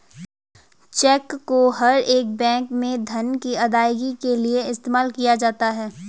check को हर एक बैंक में धन की अदायगी के लिये इस्तेमाल किया जाता है